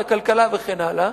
לכלכלה וכן הלאה,